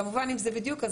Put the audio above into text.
כמובן אם זה בדיוק,